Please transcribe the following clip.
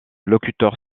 locuteurs